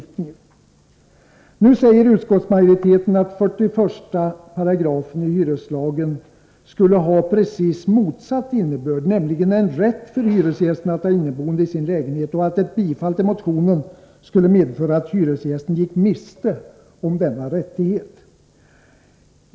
Nu säger utskottsmajoriteten att 41 § i hyreslagen skulle ha precis motsatt innebörd, nämligen en rätt för hyresgästen att ha inneboende i sin lägenhet, och att ett bifall till motionen skulle medföra att hyresgästen gick miste om denna rättighet.